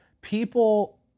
people